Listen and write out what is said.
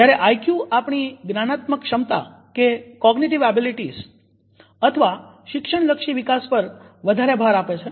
જ્યારે આઈક્યુ આપણી જ્ઞાનાત્મક ક્ષમતા અથવા શિક્ષણલક્ષી વિકાસ પર વધારે ભાર આપે છે